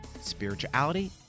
spirituality